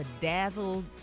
bedazzled